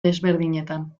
desberdinetan